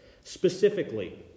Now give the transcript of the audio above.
Specifically